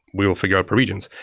we will figure out per regions.